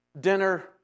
dinner